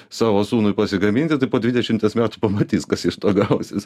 savo sūnui pasigaminti tai po dvidešimties metų pamatys kas iš to gausis